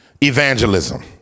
Evangelism